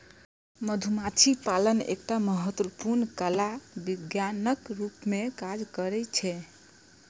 मधुमाछी पालन एकटा महत्वपूर्ण कला आ विज्ञानक रूप मे काज करै छै